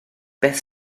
beth